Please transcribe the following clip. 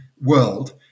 world